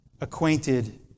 acquainted